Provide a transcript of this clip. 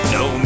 no